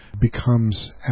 becomes